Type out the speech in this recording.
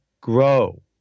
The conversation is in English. grow